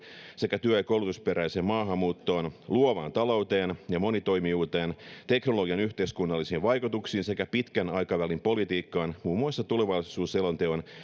sekä työ ja koulutusperäiseen maahanmuuttoon luovaan talouteen ja monitoimijuuteen teknologian yhteiskunnallisiin vaikutuksiin sekä pitkän aikavälin politiikkaan muun muassa tulevaisuusselonteon